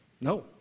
No